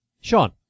Sean